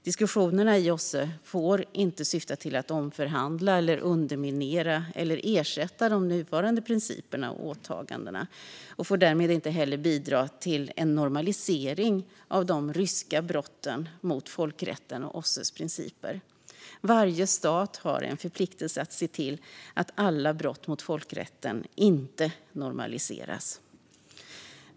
Diskussionerna i OSSE får inte syfta till att omförhandla, underminera eller ersätta de nuvarande principerna och åtagandena och får därmed inte heller bidra till en normalisering av de ryska brotten mot folkrätten och OSSE:s principer. Varje stat har en förpliktelse att se till att brott mot folkrätten inte normaliseras.